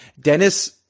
Dennis